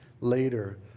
later